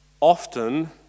often